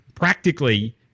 practically